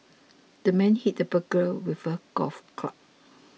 the man hit the burglar with a golf club